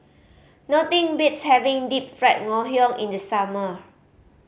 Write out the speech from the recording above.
nothing beats having Deep Fried Ngoh Hiang in the summer